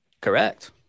correct